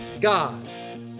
God